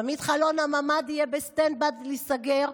תמיד חלון הממ"ד יהיה בסטנד-ביי להיסגר,